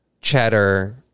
Cheddar